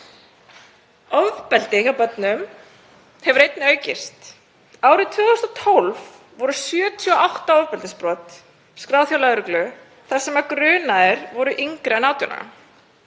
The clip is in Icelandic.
Ofbeldi hjá börnum hefur einnig aukist. Árið 2012 voru 78 ofbeldisbrot skráð hjá lögreglu þar sem grunaðir voru yngri en 18